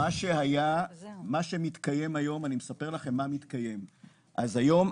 חבר'ה, אני מספר לכם מה מתקיים היום.